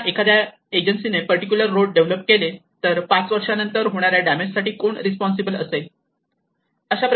समजा एखाद्या एजन्सीने पर्टिक्युलर रोड डेव्हलप केले तर 5 वर्षानंतर होणाऱ्या डॅमेज साठी कोण रिस्पॉन्सिबल असेल